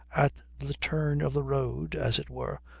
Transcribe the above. at the turn of the road, as it were,